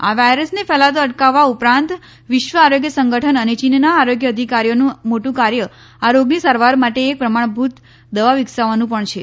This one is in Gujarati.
આ વાયરસને ફેલાતો અટકાવવા ઉપરાંત વિશ્વ આરોગ્ય સંગઠન અને ચીનના આરોગ્ય અધિકારીઓનું મોટુ કાર્ય આ રોગની સારવાર માટે એક પ્રમાણભુત દવા વિકસાવવાનું પણ છે